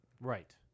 right